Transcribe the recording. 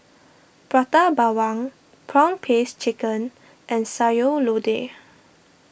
Prata Bawang Prawn Paste Chicken and Sayur Lodeh